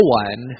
one